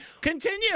Continue